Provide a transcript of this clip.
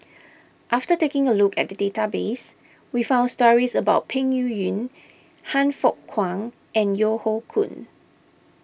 after taking a look at the database we found stories about Peng Yuyun Han Fook Kwang and Yeo Hoe Koon